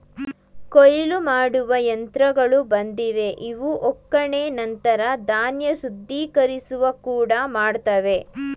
ಕೊಯ್ಲು ಮಾಡುವ ಯಂತ್ರಗಳು ಬಂದಿವೆ ಇವು ಒಕ್ಕಣೆ ನಂತರ ಧಾನ್ಯ ಶುದ್ಧೀಕರಿಸುವ ಕೂಡ ಮಾಡ್ತವೆ